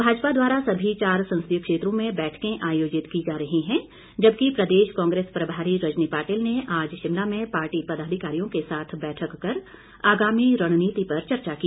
भाजपा द्वारा सभी चार संसदीय क्षेत्रों में बैठकें आयोजित की जा रही हैं जबकि प्रदेश कांग्रेस प्रभारी रजनी पाटिल ने आज शिमला में पार्टी पदाधिकारियों के साथ बैठक कर आगामी रणनीति पर चर्चा की